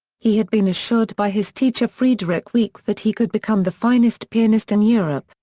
he had been assured by his teacher friedrich wieck that he could become the finest pianist in europe,